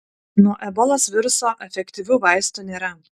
nuo ebolos viruso efektyvių vaistų nėra